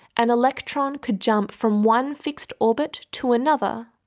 an electron could jump from one fixed obit to another,